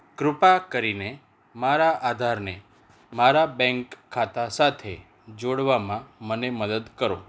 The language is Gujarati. ક઼ૃપા કરીને મારા આધારને મારા બેંક ખાતા સાથે જોડવામાં મને મદદ કરો